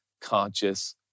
conscious